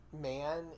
man